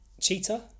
cheetah